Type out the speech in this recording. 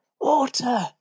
Water